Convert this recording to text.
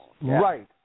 Right